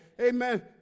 Amen